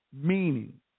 meaning